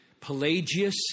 Pelagius